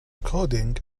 coding